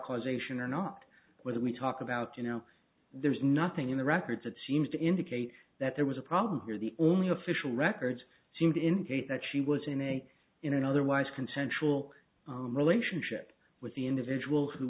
causation or not whether we talk about you know there's nothing in the records that seems to indicate that there was a problem here the only official records seem to indicate that she was in a in an otherwise consensual relationship with the individual who